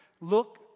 look